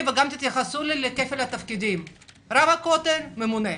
תתייחסו בבקשה גם לכפל התפקידים של רב הכותל וממונה.